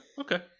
Okay